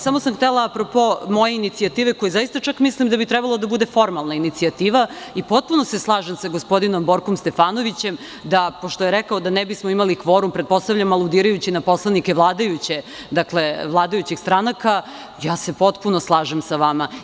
Samo sam htela apropo moje inicijative, mislim da bi trebalo da bude formalna inicijativa i potpuno se slažem sa gospodinom Borkom Stefanovićem, pošto je rekao da ne bismo imali kvorum, pretpostavljam aludirajući na poslanike vladajućih stranaka, tu se potpuno slažem sa vama.